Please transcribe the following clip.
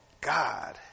God